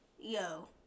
yo